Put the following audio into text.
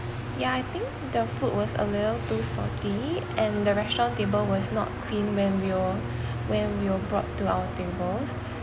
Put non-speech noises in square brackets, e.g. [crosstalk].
yeah I think the food was a little too salty and the restaurant table was not clean when we were [breath] when we were brought to our tables